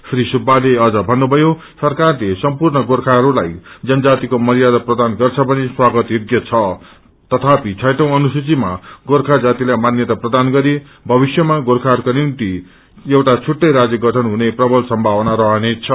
श्री सुब्बाले अप्न भन्नुभयो सरकारले सम्पूर्ण गोर्खाइस्लाई जनजातिको मर्यादा प्रदान गछ भने स्वागत योग्य छ तथापि छैटौं अनुसूचिमा गोर्खा जाति लाई मान्यता प्रदान गरे भविष्यमा गोखोहरूका निभ्ति छुट्टै राष्य गठन हुने प्रवल संधावना रहनेछ